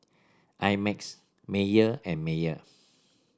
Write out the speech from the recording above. I Max Mayer and Mayer